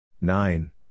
nine